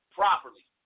properly